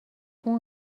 اون